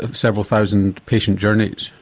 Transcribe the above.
um several thousand patient journeys.